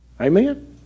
Amen